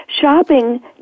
shopping